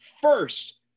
first